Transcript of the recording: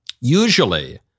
Usually